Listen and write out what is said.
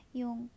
yung